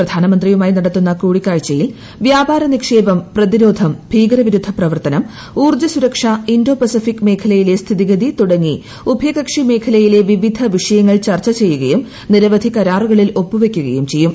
പ്രധാനമന്ത്രിയുമായി നടത്തുന്ന കൂടിക്കാഴ്ചയിൽ മ്യൂപാരനിക്ഷേപം പ്രതിരോധം ഭീകരവിരുദ്ധ പ്രവർത്തനം ഊർജ്ജസുരക്ഷ ഇന്തോപസഫിക് മേഖലയിലെ സ്ഥിതിഗതി ത്രൂട്ടങ്ങി ഉഭയകക്ഷി മേഖലയിലെ വിവിധ വിഷയങ്ങൾ ചർച്ച ചെയ്യുക്കു്യും നിരവധി കരാറുകളിൽ ഒപ്പുവയ്ക്കുകയും ചെയ്യും